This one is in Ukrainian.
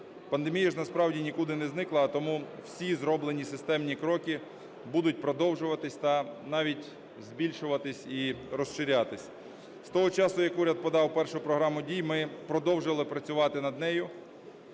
Пандемія насправді нікуди не зникла, а тому всі зроблені системні кроки будуть продовжуватись, та навіть збільшуватись і розширятись. З того часу, як уряд подав першу програму дій, ми продовжили працювати над нею.